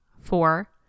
four